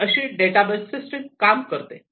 तर अशी data bus system काम करते